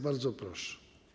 Bardzo proszę.